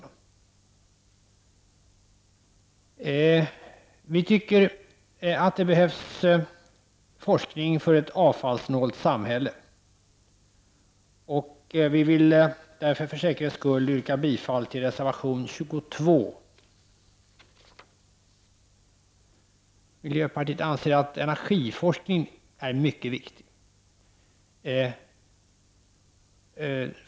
Vi i miljöpartiet anser att det behövs forskning för ett avfallssnålt samhälle, och vi vill därför för säkerhets skull yrka bifall till reservation 22. Miljöpartiet anser att energiforskningen är mycket viktig.